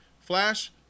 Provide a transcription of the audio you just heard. Flash